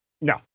No